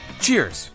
Cheers